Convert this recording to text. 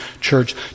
church